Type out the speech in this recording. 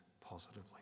positively